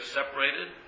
separated